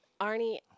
Arnie